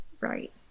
right